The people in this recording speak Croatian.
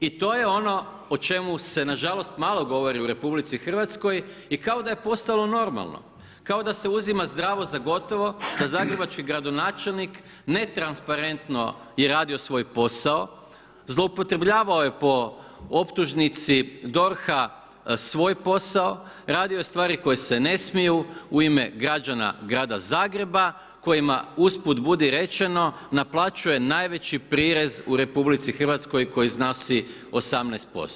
I to je ono o čemu se nažalost malo govori u RH i kao da je postalo normalno, kao da se uzima zdravo za gotovo da zagrebački gradonačelnik ne transparentno je radio svoj posao, zloupotrebljavao je po optužnici DORH-a svoj posao, radio stvari koje se ne smiju u ime građana grada Zagreba kojima usput budi rečeno naplaćuje najveći prirez u RH koji iznosi 18%